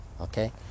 okay